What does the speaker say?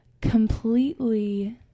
completely